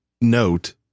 note